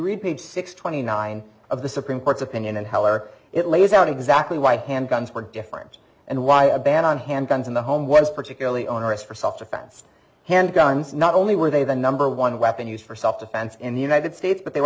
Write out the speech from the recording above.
read page six twenty nine of the supreme court's opinion and heller it lays out exactly why handguns were different and why a ban on handguns in the home was particularly onerous for self defense handguns not only were they the number one weapon used for self defense in the united states but they were